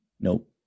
Nope